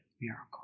miracle